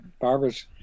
Barbara's